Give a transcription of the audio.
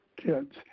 kids